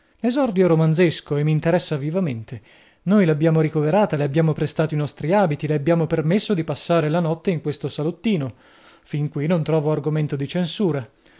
romanzesco e mi interessa vivamente noi l'abbiamo ricoverata le abbiamo prestato i nostri abiti le abbiam permesso di passare la notte in questo salottino fin qui non trovo argomento di censura